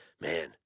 Man